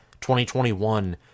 2021